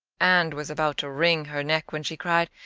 and was about to wring her neck when she cried,